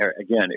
again